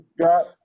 got